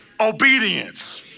obedience